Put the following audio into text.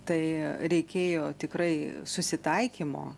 tai reikėjo tikrai susitaikymo